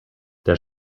der